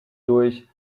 durch